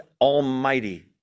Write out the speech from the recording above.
almighty